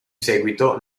seguito